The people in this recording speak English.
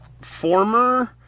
former